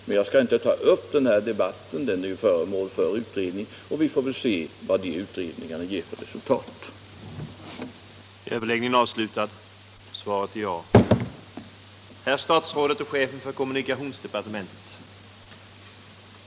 Jag skall dock inte ta upp den debatten nu, eftersom den frågan är föremål för utredning, varför vi får avvakta och se vad resultatet blir.